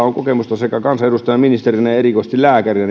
on kokemusta sekä kansanedustajana ja ministerinä että erikoisesti lääkärinä